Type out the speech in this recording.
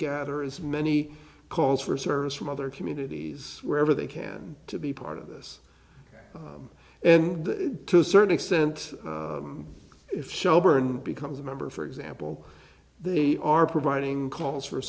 gather as many calls for service from other communities wherever they can to be part of this and to a certain extent if shelburne becomes a member for example they are providing calls for